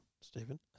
Stephen